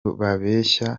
babeshya